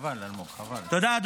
אלמוג, תרד, בבקשה.